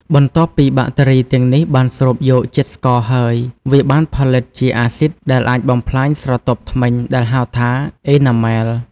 បន្ទាប់ពីបាក់តេរីទាំងនេះបានស្រូបយកជាតិស្ករហើយ វាបានផលិតជាអាស៊ីតដែលអាចបំផ្លាញស្រទាប់ធ្មេញដែលហៅថា អេណាមែល (Enamel)។